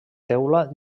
teula